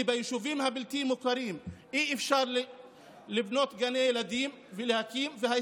ביישובים הבלתי-מוכרים אי-אפשר להקים גני הילדים,